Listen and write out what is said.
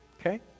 okay